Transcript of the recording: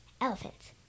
Elephants